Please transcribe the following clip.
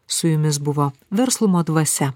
su jumis buvo verslumo dvasia